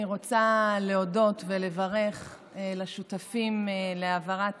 אני רוצה לברך ולהודות לשותפים להעברת